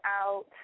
out